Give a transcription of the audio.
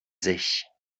sich